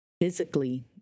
physically